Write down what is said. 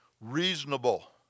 Reasonable